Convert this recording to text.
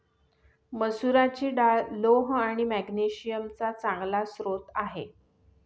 मसुराची डाळ लोह आणि मॅग्नेशिअम चा चांगला स्रोत आहे